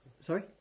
Sorry